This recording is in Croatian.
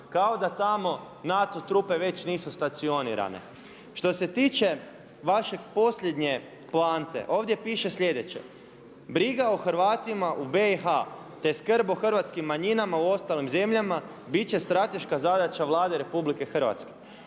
kao da tamo NATO trupe već nisu stacionirane. Što se tiče vaše posljednje poante, ovdje piše slijedeće briga o Hrvatima u BIH te skrb o hrvatskim manjinama u ostalim zemljama bit će strateška zadaća Vlade RH. Dame